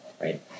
right